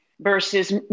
versus